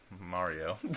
Mario